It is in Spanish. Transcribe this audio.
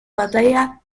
batalla